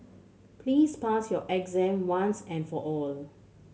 please pass your exam once and for all